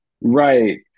Right